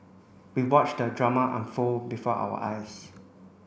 we watched the drama unfold before our eyes